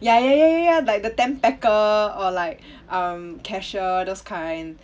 ya ya ya ya ya like the temp packer or like um cashier those kind